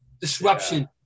Disruption